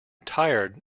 tired